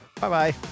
bye-bye